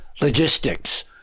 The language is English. logistics